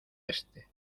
este